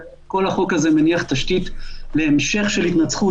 כל החוק הזה מניח תשתית להמשך של התנצחות